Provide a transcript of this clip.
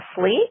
sleep